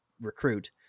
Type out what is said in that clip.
recruit